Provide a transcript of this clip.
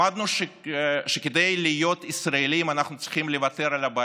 למדנו שכדי להיות ישראלים אנחנו צריכים לוותר על הבית,